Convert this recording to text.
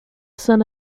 son